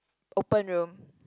open room